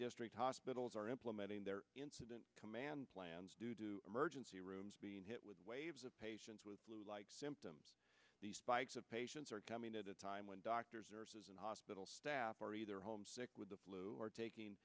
district hospitals are implementing their incident command plans to do emergency rooms being hit with waves of patients with flu like symptoms patients are coming at a time when doctors nurses and hospital staff are either home sick with the flu or taking